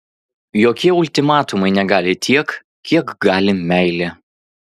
jokie ultimatumai negali tiek kiek gali meilė